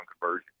conversion